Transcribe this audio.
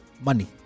money